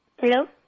Hello